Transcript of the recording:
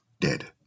Dead